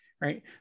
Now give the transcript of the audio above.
right